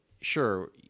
sure